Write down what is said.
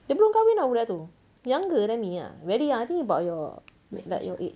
dia belum kahwin [tau] budak tu younger than me ah very young I think about your like your age